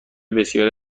بسیاری